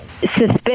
suspicious